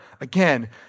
again